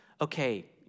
Okay